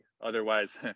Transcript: otherwise